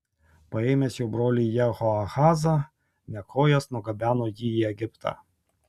paėmęs jo brolį jehoahazą nekojas nugabeno jį į egiptą